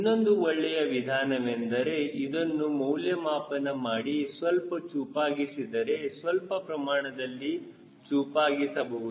ಇನ್ನೊಂದು ಒಳ್ಳೆಯ ವಿಧಾನವೆಂದರೆ ಇದನ್ನು ಮೌಲ್ಯಮಾಪನ ಮಾಡಿ ಸ್ವಲ್ಪ ಚೂಪಾಗಿಸಿದರೆ ಸ್ವಲ್ಪ ಪ್ರಮಾಣದಲ್ಲಿ ಚೂಪಾಗಿ ಸಬಹುದು